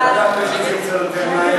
בעד 30, 15 מתנגדים.